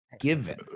given